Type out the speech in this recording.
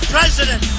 President